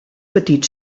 petit